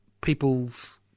people's